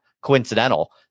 coincidental